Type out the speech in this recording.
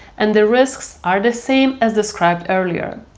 and the risk are the same as described earlier.